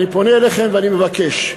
אני פונה אליכם ואני מבקש.